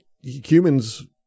humans